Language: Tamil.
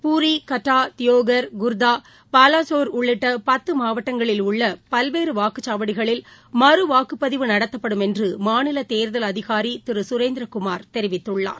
பூரி கட்டா தியோகா் குர்தா பாலஸோர் உள்ளிட்ட பத்து மாவட்டங்களில் உள்ள பல்வேறு வாக்குச்சாவடிகளில் மறுவாக்குப்பதிவு நடத்தப்படும் என்று மாநில தேர்தல் அதிகாரி திரு சுரேந்திரகுமார் தெரிவித்துள்ளார்